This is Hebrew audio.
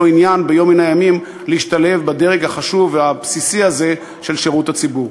עניין ביום מן הימים להשתלב בדרג החשוב והבסיסי הזה של שירות הציבור.